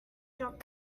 drop